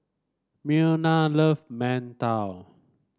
Myrna love mantou